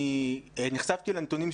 נחשפתי לנתונים,